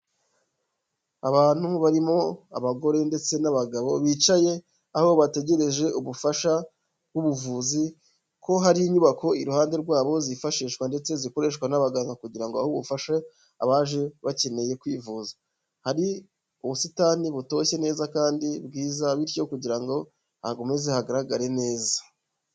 Abantu barimo abagore ndetse n'abagabo bicaye aho bategereje ubufasha bw'ubuvuzi ,ko hari inyubako iruhande rwabo zifashishwa ndetse zikoreshwa n'abaganga kugira ngo aho ufashe abaje bakeneye kwivuza .Hari ubusitani butoshye neza kandi bwiza bityo kugira ngo hakomeze hagaragare neza.